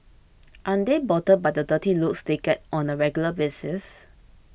aren't they bothered by the dirty looks they get on a regular basis